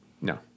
No